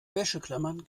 wäscheklammern